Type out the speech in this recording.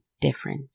different